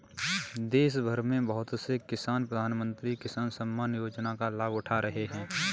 देशभर में बहुत से किसान प्रधानमंत्री किसान सम्मान योजना का लाभ उठा रहे हैं